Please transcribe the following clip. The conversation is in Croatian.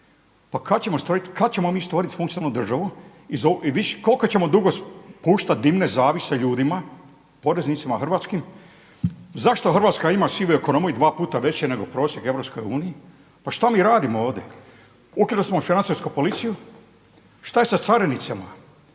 Pa kad ćemo mi stvoriti funkcionalnu državu i koliko dugo ćemo puštat dimne zavjese ljudima, poreznicima hrvatskim? Zašto Hrvatska ima sivu ekonomiju dva puta veću nego prosjek u EU? Pa šta mi radimo ovdje? Ukinuli smo financijsku policiju. Šta je sa carinicima,